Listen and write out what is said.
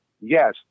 Yes